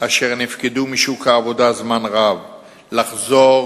אשר נפקדו משוק העבודה זמן רב לחזור